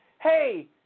hey